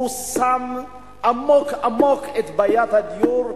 הוא שם עמוק עמוק את בעיית הדיור,